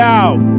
out